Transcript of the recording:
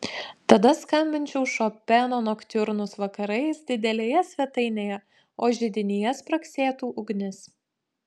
tada skambinčiau šopeno noktiurnus vakarais didelėje svetainėje o židinyje spragsėtų ugnis